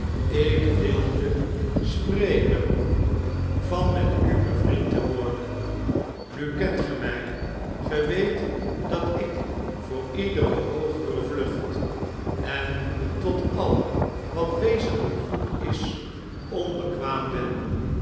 ik wilde spreken van met u bevriend te worden nu kent ge my ge weet dat ik voor iedere hoogere vlucht en tot al wat wezeniyk goed is onbekwaam ben